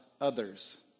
others